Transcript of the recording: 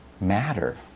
Matter